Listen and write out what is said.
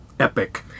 Epic